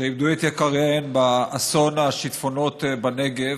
שאיבדו את יקיריהן באסון השיטפונות בנגב,